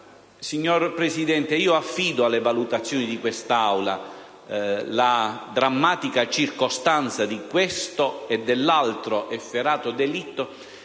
Signor Presidente, affido alle valutazioni di quest'Aula la drammatica circostanza di questo e dell'altro efferato delitto,